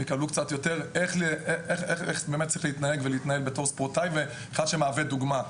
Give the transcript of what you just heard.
שיידעו טוב יותר איך צריך להתנהג ולהתנהל בתור ספורטאי שמהווה דוגמה.